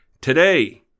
Today